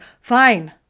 fine